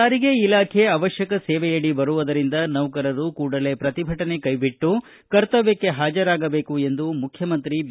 ಸಾರಿಗೆ ಇಲಾಖೆ ಅವಶ್ಯಕ ಸೇವೆಯಡಿ ಬರುವುದರಿಂದ ನೌಕರರು ಕೂಡಲೇ ಪ್ರತಿಭಟನೆ ಕೈಬಿಟ್ಟು ಕರ್ತವ್ಯಕ್ಕ ಹಾಜರಾಗಬೇಕು ಎಂದು ಮುಖ್ಯಮಂತ್ರಿ ಬಿ